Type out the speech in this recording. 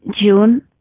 June